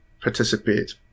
participate